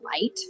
light